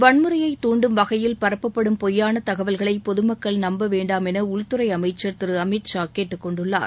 வன்முறையை துண்டும் வகையில் பரப்பப்படும் பொய்யாள தகவல்களை பொதுமக்கள் நம்ப வேண்டாமென உள்துறை அமைச்சள் திரு அமித்ஷா கேட்டுக் கொண்டுள்ளார்